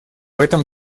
этом